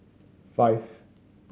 five